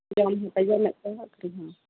ᱡᱚᱢ ᱦᱚᱸᱯᱮ ᱡᱚᱢᱮᱫ ᱠᱚᱣᱟ ᱟᱠᱷᱨᱤᱧ ᱦᱚᱸ